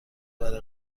برای